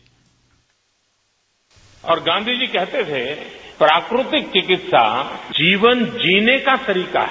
bite और गांधी जी कहते है थे कि प्राकृतिक चिकित्सा जीवन जीने का तरीका है